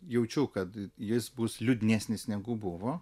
jaučiu kad jis bus liūdnesnis negu buvo